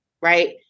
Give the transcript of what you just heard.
right